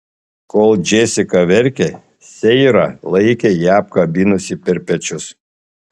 kol džesika verkė seira laikė ją apkabinusi per pečius